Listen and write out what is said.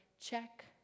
check